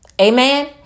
Amen